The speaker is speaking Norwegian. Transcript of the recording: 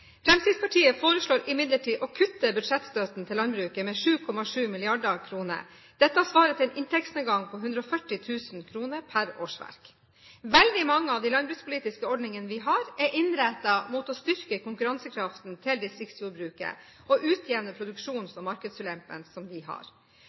Fremskrittspartiet foreslår imidlertid å kutte budsjettstøtten til landbruket med 7,7 mrd. kr. Dette svarer til en inntektsnedgang på 140 000 kr per årsverk. Veldig mange av de landbrukspolitiske ordningene vi har, er innrettet mot å styrke konkurransekraften til distriktsjordbruket og utjevne de produksjons-